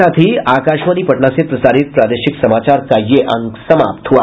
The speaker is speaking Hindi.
इसके साथ ही आकाशवाणी पटना से प्रसारित प्रादेशिक समाचार का ये अंक समाप्त हुआ